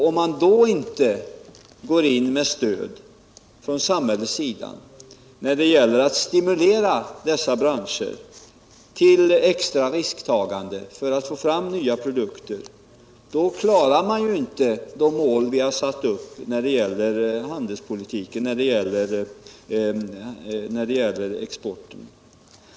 Om vi då inte går in med stöd från samhällets sida för att stimulera dessa branscher till extra risktagande för att få fram nya produkter, då uppnår vi inte de mål vi har satt uppi fråga om handelspolitiken och i fråga om exporten.